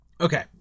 Okay